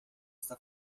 está